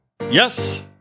Yes